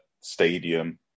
stadium